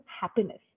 happiness